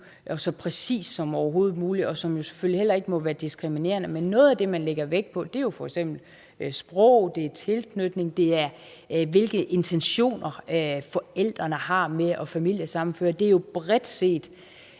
og så præcis som overhovedet muligt, og som selvfølgelig heller ikke må være diskriminerende. Men noget af det, man lægger vægt på, er jo f.eks. sprog, det er tilknytning og hvilke intentioner forældrene har med at familiesammenføre. Man ser jo bredt på